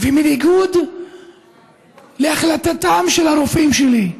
ובניגוד להחלטתם של הרופאים שלי,